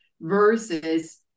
versus